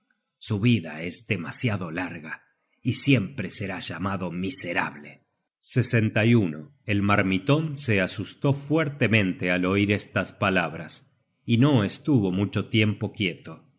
su vida es demasiado larga y siempre será llamado miserable el marmiton se asustó fuertemente al oir estas palabras y no estuvo mucho tiempo quieto